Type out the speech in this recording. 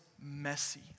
messy